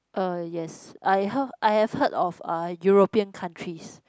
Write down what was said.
uh yes I have I've heard of uh European countries